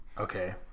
Okay